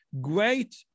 great